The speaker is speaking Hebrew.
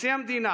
כנשיא המדינה,